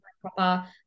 proper